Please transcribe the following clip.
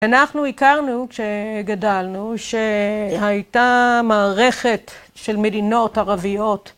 אנחנו הכרנו כשגדלנו שהייתה מערכת של מדינות ערביות.